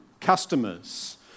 customers